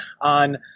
on